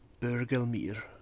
Bergelmir